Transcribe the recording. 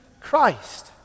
Christ